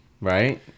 Right